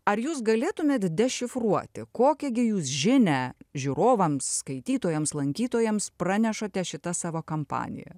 ar jūs galėtumėt dešifruoti kokį gi jūs žinią žiūrovams skaitytojams lankytojams pranešate šita savo kampanija